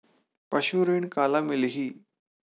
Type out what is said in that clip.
पशु ऋण काला मिलही?